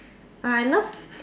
!wah! I love